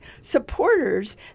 supporters